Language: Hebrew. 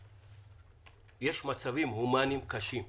יש מצבים הומניים קשים.